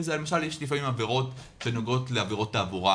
היא למשל עבירות שנוגעות לעבירות תעבורה,